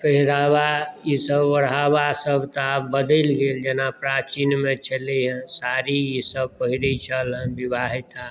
पहिरावा ईसभ ओढ़ावासभ तऽ आब बदलि गेल जेना प्राचीनमे छलै हेँ साड़ी ईसभ पहिरैत छल हेँ विवाहिता